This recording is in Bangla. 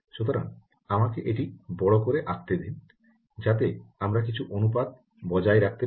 সুতরাং আমাকে এটি বড় করে আঁকতে দিন যাতে আমরা কিছু অনুপাত বজায় রাখতে পারি